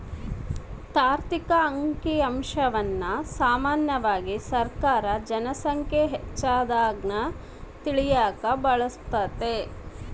ತಾರ್ಕಿಕ ಅಂಕಿಅಂಶವನ್ನ ಸಾಮಾನ್ಯವಾಗಿ ಸರ್ಕಾರ ಜನ ಸಂಖ್ಯೆ ಹೆಚ್ಚಾಗದ್ನ ತಿಳಿಯಕ ಬಳಸ್ತದೆ